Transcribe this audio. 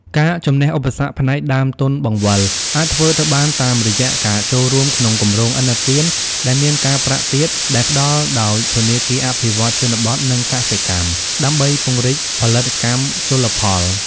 ការជម្នះឧបសគ្គផ្នែកដើមទុនបង្វិល អាចធ្វើទៅបានតាមរយៈការចូលរួមក្នុងគម្រោងឥណទានដែលមានការប្រាក់ទាបដែលផ្ដល់ដោយធនាគារអភិវឌ្ឍន៍ជនបទ និងកសិកម្ម ដើម្បីពង្រីកផលិតកម្មជលផល។